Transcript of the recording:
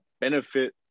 benefit